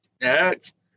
next